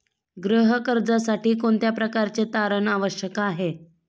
गृह कर्जासाठी कोणत्या प्रकारचे तारण आवश्यक आहे?